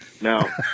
Now